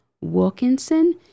Wilkinson